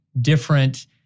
different